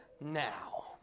now